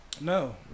No